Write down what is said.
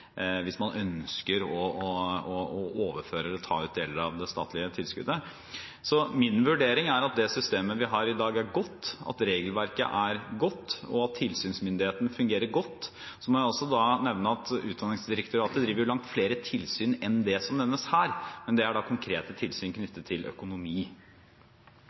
hvis man ønsker å overføre eller ta ut deler av det statlige tilskuddet. Min vurdering er at det systemet vi har i dag, er godt, at regelverket er godt, og at tilsynsmyndigheten fungerer godt. Så må jeg også nevne at Utdanningsdirektoratet driver langt flere tilsyn enn det som nevnes her, men det er da konkrete tilsyn knyttet til økonomi.